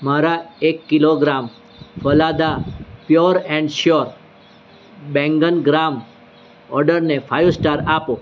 મારા એક કિલોગ્રામ ફલાદા પ્યોર એન્ડ શ્યોર બેંગન ગ્રામ ઓર્ડરને ફાઇવ સ્ટાર આપો